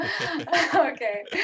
Okay